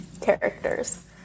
characters